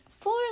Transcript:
Four